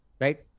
right